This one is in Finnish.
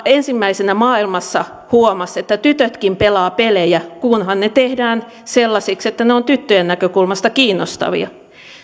ensimmäisenä maailmassa huomasi että tytötkin pelaavat pelejä kunhan ne tehdään sellaisiksi että ne ovat tyttöjen näkökulmasta kiinnostavia